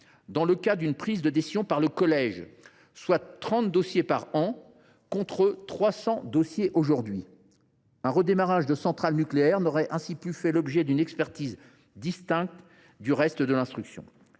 dans le cas d’une prise de décision par le collège, ce qui concernerait 30 dossiers par an, contre 300 aujourd’hui. Un redémarrage de centrale nucléaire n’aurait ainsi plus fait l’objet d’une expertise distincte du reste de l’instruction